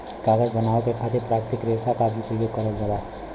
कागज बनावे के खातिर प्राकृतिक रेसा क भी परयोग करल जाला